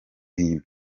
hino